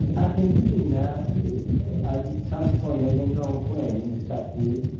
argentina at some point, i don't know when exactly,